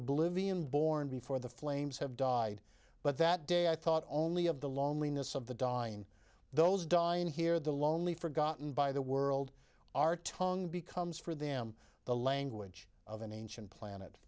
oblivion born before the flames have died but that day i thought only of the long leanness of the dying those dying here the lonely forgotten by the world our tongue becomes for them the language of an ancient planet